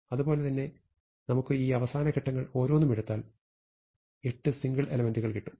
അതുപോലെ തന്നെ നമുക്ക് ഈ അവസാന ഘട്ടങ്ങൾ ഓരോന്നും എടുത്താൽ 8 സിംഗിൾ എലമെന്റുകൾ കിട്ടും